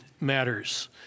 matters